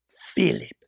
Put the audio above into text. Philip